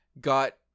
got